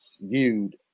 viewed